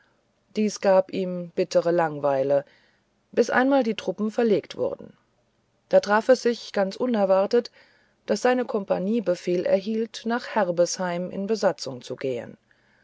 dies gab ihm bittere langweile bis einmal die truppen verlegt wurden da traf es sich ganz unerwartet daß seine kompanie befehl erhielt nach herbesheim in besatzung zu gehen